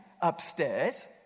upstairs